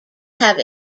have